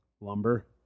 Lumber